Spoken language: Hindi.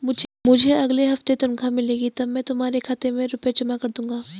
मुझे अगले हफ्ते तनख्वाह मिलेगी तब मैं तुम्हारे खाते में रुपए जमा कर दूंगा